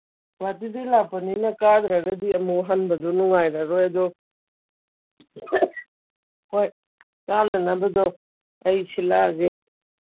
ꯒꯨꯍꯥꯇꯤꯗꯩ ꯂꯥꯛꯄꯅꯤꯅ ꯀꯥꯗ꯭ꯔꯒꯗꯤ ꯍꯟꯕꯗꯨ ꯅꯨꯡꯉꯥꯏꯔꯔꯣꯏ ꯑꯗꯨ ꯍꯣꯏ ꯀꯥꯅꯅꯕꯗꯣ ꯑꯩ ꯁꯤꯜꯂꯛꯑꯒꯦ